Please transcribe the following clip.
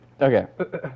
Okay